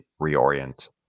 reorient